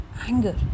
anger